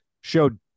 showed